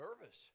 nervous